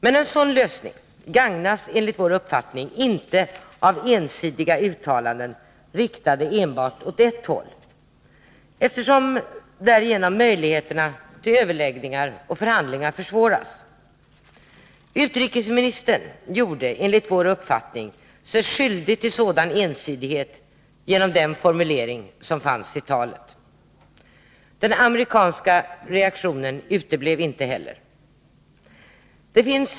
Men en sådan lösning gagnas enligt vår uppfattning inte av ensidiga uttalanden riktade enbart åt ett håll, eftersom därigenom möjligheterna till överläggningar och förhandlingar försvåras. Utrikesministern gjorde enligt vår uppfattning sig skyldig till sådan ensidighet genom den formulering som fannsi talet. Den amerikanska reaktionen uteblev inte heller.